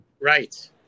Right